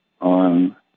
on